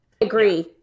Agree